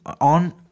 on